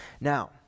Now